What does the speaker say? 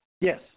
Yes